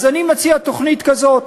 אז אני מציע תוכנית כזאת: